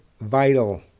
vital